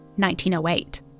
1908